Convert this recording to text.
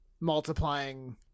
multiplying